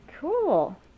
Cool